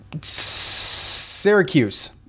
Syracuse